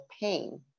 pain